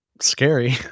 scary